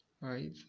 Right